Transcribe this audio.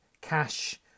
cash